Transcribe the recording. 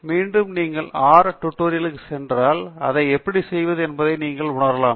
மீண்டும் நீங்கள் ஆர் டுடோரியலுக்கு சென்றால் அதை எப்படி செய்வது என்பதை நீங்கள் உணரலாம்